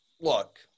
look